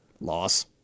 Loss